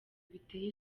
biteye